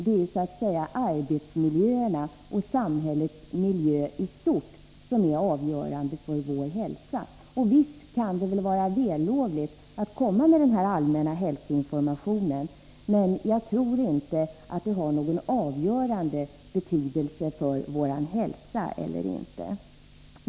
Det är ju arbetsmiljöerna och samhällets miljö i stort som är avgörande för vår hälsa. Visst kan det vara vällovligt att komma med allmän hälsoinformation, men jag tror inte att det har någon avgörande betydelse för vår hälsa.